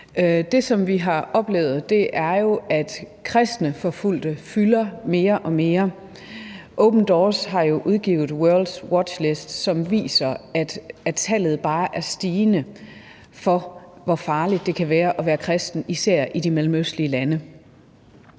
Det, som vi har oplevet, er jo, at kristne forfulgte fylder mere og mere. Open Doors har udgivet rapporten »World Watch List 2021«, som viser, at tallet bare er stigende, i forhold til hvor farligt det kan være at være kristen, især i de mellemøstlige lande.